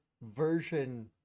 version